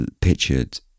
pictured